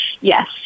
Yes